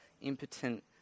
impotent